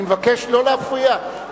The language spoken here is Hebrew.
אני מבקש לא להפריע.